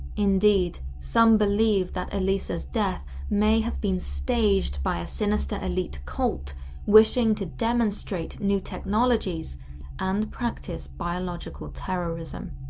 indeed, some believe that elisa's death may have been staged by a sinister elite cult wishing to demonstrate new technologies and practice biological terrorism.